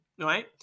right